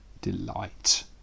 delight